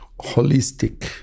holistic